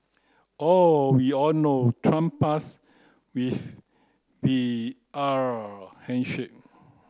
oh we all know Trump past with handshake